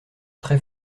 très